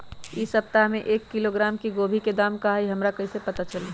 इ सप्ताह में एक किलोग्राम गोभी के दाम का हई हमरा कईसे पता चली?